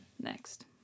next